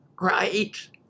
right